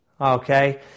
okay